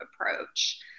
approach